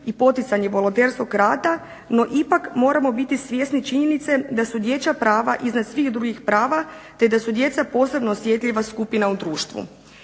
i poticanje volonterskog rada no ipak moramo biti svjesni činjenice da su dječja prava iznad svih drugih prava te da su djeca posebno osjetljiva skupina u društvu.